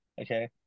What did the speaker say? okay